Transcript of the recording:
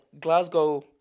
Glasgow